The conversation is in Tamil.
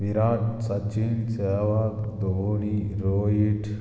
விராட் சச்சின் சேவாக் தோனி ரோகிட்